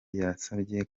yasabye